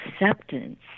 acceptance